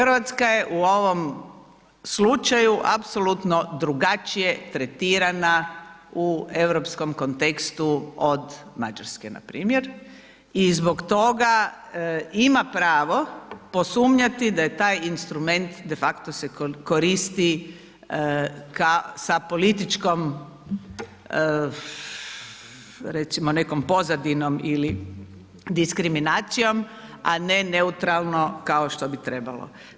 RH je u ovom slučaju apsolutno drugačije tretirana u europskom kontekstu od Mađarske npr. i zbog toga ima pravo posumnjati da je taj instrument, defakto se koristi sa političkom, recimo nekom pozadinom ili diskriminacijom, a ne neutralno kao što bi trebalo.